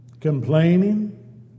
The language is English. complaining